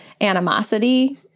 animosity